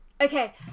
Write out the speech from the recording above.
Okay